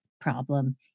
problem